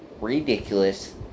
ridiculous